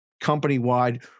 company-wide